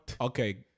Okay